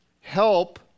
help